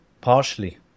Partially